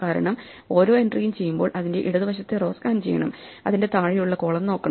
കാരണം ഓരോ എൻട്രിയും ചെയ്യുമ്പോൾ അതിന്റെ ഇടത് വശത്തെ റോ സ്കാൻ ചെയ്യണം അതിന്റെ താഴെയുള്ള കോളം നോക്കണം